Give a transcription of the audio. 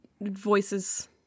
voices